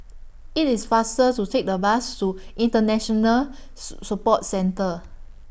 IT IS faster to Take The Bus to International Support Centre